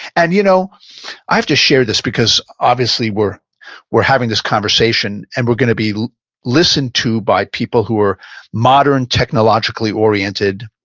and you know i have to share this because obviously we're we're having this conversation and we're going to be listened to by people who are modern technologically oriented,